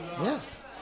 Yes